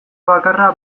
bakarra